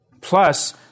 Plus